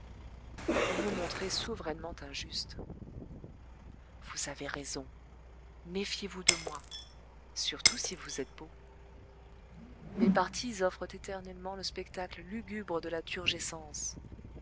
vous vous montrez souverainement injuste vous avez raison méfiez-vous de moi surtout si vous êtes beau mes parties offrent éternellement le spectacle lugubre de la